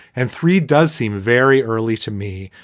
and three does seem very early to me.